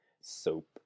soap